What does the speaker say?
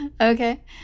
Okay